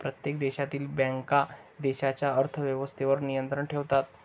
प्रत्येक देशातील बँका देशाच्या अर्थ व्यवस्थेवर नियंत्रण ठेवतात